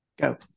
Go